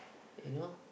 you know